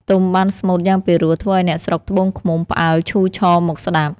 ទុំបានស្មូត្រយ៉ាងពិរោះធ្វើឲ្យអ្នកស្រុកត្បូងឃ្មុំផ្អើលឈូឆរមកស្តាប់។